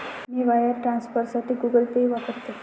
मी wire ट्रान्सफरसाठी Google Pay वापरते